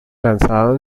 lanzado